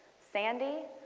sandy.